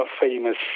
famous